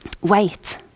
wait